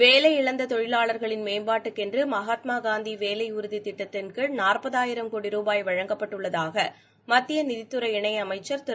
வேலையிழந்த தொழிலாளர்களின் மேம்பாட்டுக்கென்று மகாத்மா காந்தி வேலை உறுதி திட்டத்தின் கீழ நாற்பதாயிரம் கோடி ரூபாய் வழங்கப்பட்டுள்ளதாக மத்திய நிதித் துறை இணை அமைச்சர் திரு